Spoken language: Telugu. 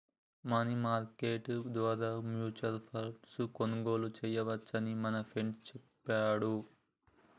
మనీ మార్కెట్ ద్వారా మ్యూచువల్ ఫండ్ను కొనుగోలు చేయవచ్చని మా ఫ్రెండు చెప్పిండు